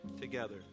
together